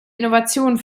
innovationen